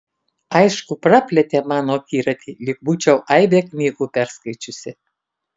aišku praplėtė mano akiratį lyg būčiau aibę knygų perskaičiusi